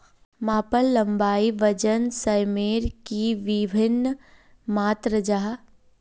मापन लंबाई वजन सयमेर की वि भिन्न मात्र जाहा?